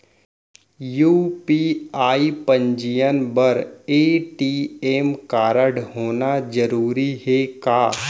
UPI पंजीयन बर ATM कारडहोना जरूरी हे का?